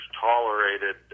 tolerated